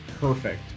Perfect